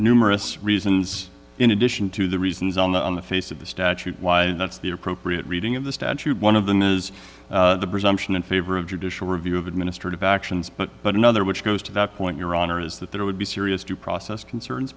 numerous reasons in addition to the reasons on the face of the statute why that's the appropriate reading of the statute one of them is the presumption in favor of judicial review of administrative actions but but another which goes to that point your honor is that there would be serious due process concerns